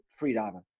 freediver